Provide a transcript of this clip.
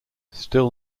still